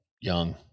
young